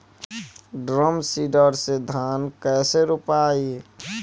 Drum seeder से धान कैसे रोपाई?